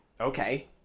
Okay